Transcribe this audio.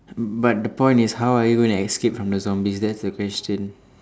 but the point is how are you going to escape from the zombies that's the question